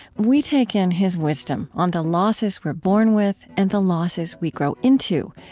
we take in his wisdom on the losses we're born with and the losses we grow into,